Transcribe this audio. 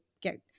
get